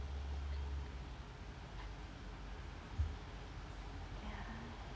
ya